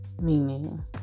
meaning